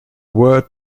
word